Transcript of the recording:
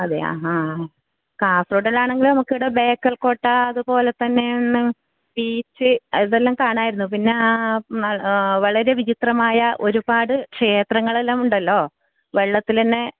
അതെയാ അ ആ കസോടലാണെങ്കിൽ നമുക്ക് ഇവിടെ ബേക്കൽകോട്ട അതുപോലെതന്നെ ബീച്ച് അതെല്ലാം കാണാമായിരുന്നു പിന്നെ വളരെ വിചിത്രമായ ഒരു പാട് ക്ഷേത്രങ്ങളെല്ലാം ഉണ്ടല്ലോ വെള്ളത്തിലന്നെ